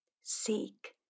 Seek